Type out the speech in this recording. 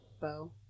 bow